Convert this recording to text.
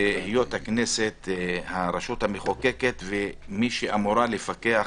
והיות הכנסת הרשות המחוקקת ומי שאמורה לפקח